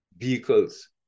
vehicles